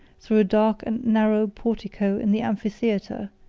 through a dark and narrow portico in the amphitheatre,